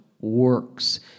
works